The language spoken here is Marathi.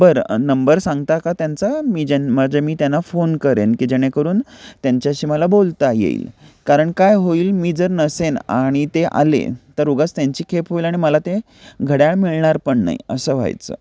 बरं नंबर सांगता का त्यांचा मी ज्यांना माझे मी त्यांना फोन करेन की जेणेकरून त्यांच्याशी मला बोलता येईल कारण काय होईल मी जर नसेन आणि ते आले तर उगाच त्यांची खेप होईल आणि मला ते घड्याळ मिळणार पण नाही असं व्हायचं